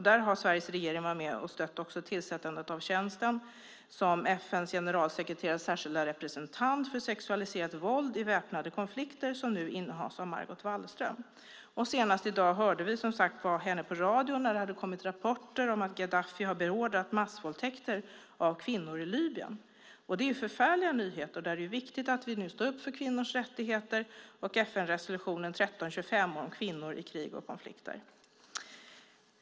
Där har Sveriges regering varit med och stött tillsättandet av tjänsten som FN:s generalsekreterares särskilda representant i frågor om sexualiserat våld i väpnade konflikter, som nu innehas av Margot Wallström. Senast i dag hörde vi henne på radion när det hade kommit rapporter om att Gaddafi har beordrat massvåldtäkter av kvinnor i Libyen. Det är förfärliga nyheter. Det är viktigt att vi nu står upp för kvinnors rättigheter och FN-resolutionen 1325 om kvinnor i krig och konflikter.